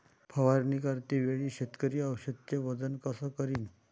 फवारणी करते वेळी शेतकरी औषधचे वजन कस करीन?